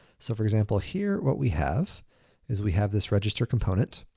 so for example, here what we have is we have this register component,